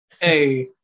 Hey